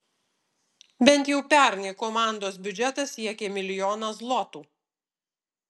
bent jau pernai komandos biudžetas siekė milijoną zlotų